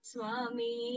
Swami